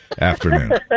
afternoon